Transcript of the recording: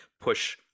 push